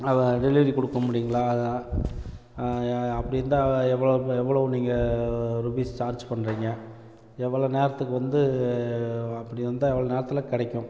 அதை டெலிவரி கொடுக்க முடியுங்களா அதை அப்படி இருந்தால் எவ்வளவு எவ்வளவு நீங்கள் ருபீஸ் சார்ஜ் பண்ணுறிங்க எவ்வளோ நேரத்துக்கு வந்து அப்படி வந்தால் எவ்வளவு நேரத்தில் கிடைக்கும்